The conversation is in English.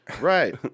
Right